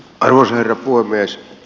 arvoisa herra puhemies